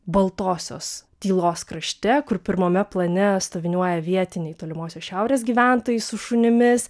baltosios tylos krašte kur pirmame plane stoviniuoja vietiniai tolimosios šiaurės gyventojai su šunimis